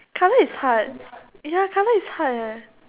colour is hard ya colour is hard eh